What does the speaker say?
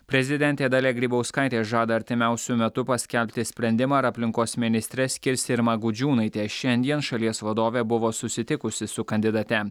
prezidentė dalia grybauskaitė žada artimiausiu metu paskelbti sprendimą ar aplinkos ministre skirs irmą gudžiūnaitę šiandien šalies vadovė buvo susitikusi su kandidate